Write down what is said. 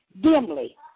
dimly